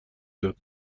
داد